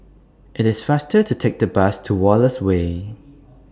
IT IS faster to Take The Bus to Wallace Way